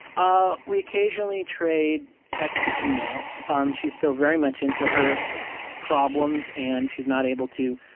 ah we occasionally trade text or email. um she's still very much into her problems and she's not able to